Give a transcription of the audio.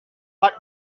but